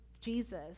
Jesus